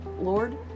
Lord